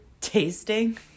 Tasting